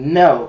no